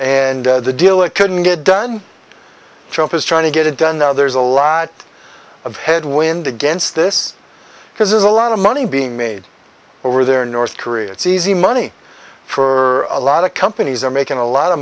and the deal it couldn't get done chump is trying to get it done now there's a lot of headwind against this because there's a lot of money being made over there in north korea it's easy money for a lot of companies are making a lot of